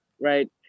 right